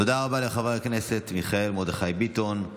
תודה רבה לחבר הכנסת מיכאל מרדכי ביטון.